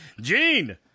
Gene